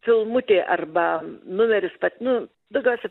filmutė arba numeris pats nu daugiausia